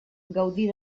gaudir